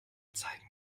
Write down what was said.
anzeigen